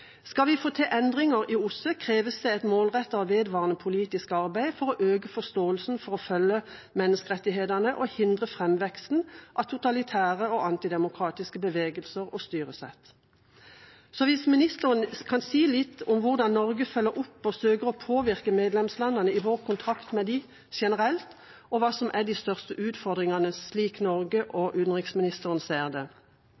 Skal vi få til endringer i OSSE, kreves det et målrettet og vedvarende politisk arbeid for å øke forståelsen for å følge menneskerettighetene og hindre framveksten av totalitære og antidemokratiske bevegelser og styresett. Kan ministeren si litt om hvordan Norge følger opp og søker å påvirke medlemslandene i vår kontakt med dem generelt, og hva som er de største utfordringene, slik Norge